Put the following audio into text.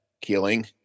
killing